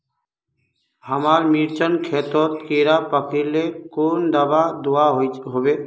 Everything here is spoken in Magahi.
हमार मिर्चन खेतोत कीड़ा पकरिले कुन दाबा दुआहोबे?